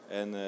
en